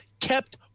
kept